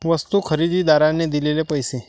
वस्तू खरेदीदाराने दिलेले पैसे